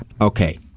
Okay